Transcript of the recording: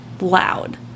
loud